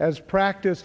as practice